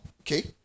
okay